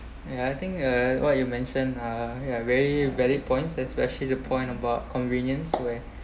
ya I think uh what you mention are ya very valid points especially the point about convenience where